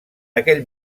aquell